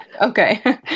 okay